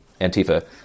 Antifa